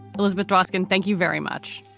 elizabeth dwoskin, thank you very much.